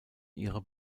ihre